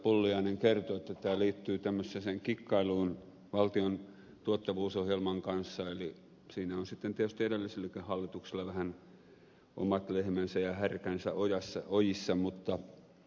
pulliainen kertoi että tämä liittyy tämmöiseen kikkailuun valtion tuottavuusohjelman kanssa eli siinä on sitten tietysti edelliselläkin hallituksella vähän omat lehmänsä ja härkänsä ojissa